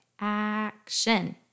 action